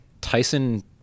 Tyson